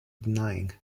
denying